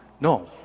No